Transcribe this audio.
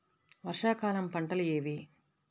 వర్షాకాలం పంటలు ఏవి?